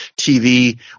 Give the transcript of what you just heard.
TV